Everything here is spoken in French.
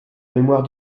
mémoire